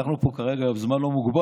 אנחנו פה כרגע על זמן לא מוגבל.